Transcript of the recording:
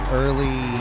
early